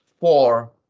four